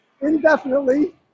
indefinitely